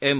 M